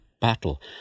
battle